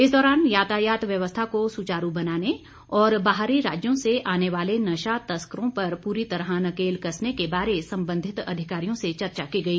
इस दौरान यातायात व्यवस्था को सुचारू बनाने और बाहरी राज्यों से आने वाले नशा तस्कारों पर पूरी तरह नकेल कसने के बारे संबंधित अधिकारियों से चर्चा की गई